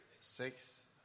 Six